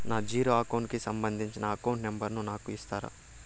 నా zero account కి సంబంధించి అకౌంట్ నెంబర్ ను నాకు ఇస్తారా